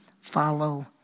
follow